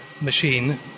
machine